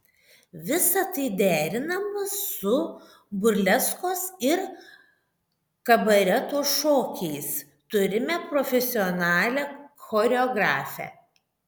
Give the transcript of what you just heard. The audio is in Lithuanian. visa tai derinama su burleskos ir kabareto šokiais turime profesionalią choreografę